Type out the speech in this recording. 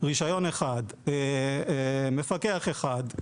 רישיון אחד, מפקח אחד.